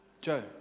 Joe